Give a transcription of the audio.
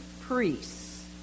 priests